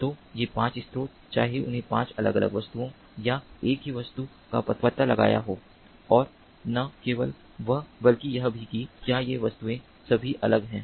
तो ये 5 स्रोत चाहे उन्होंने 5 अलग अलग वस्तुओं या एक ही वस्तु का पता लगाया हो और न केवल वह बल्कि यह भी कि क्या ये वस्तुएं सभी अलग हैं